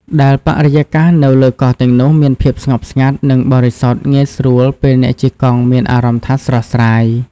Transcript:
ដែលបរិយាកាសនៅលើកោះទាំងនោះ មានភាពស្ងប់ស្ងាត់ និងបរិសុទ្ធងាយស្រួលពេលអ្នកជិះកង់មានអារម្មណ៍ថាស្រស់ស្រាយ។